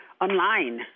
online